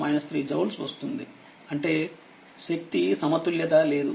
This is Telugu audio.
అంటేశక్తి సమతుల్యత లేదు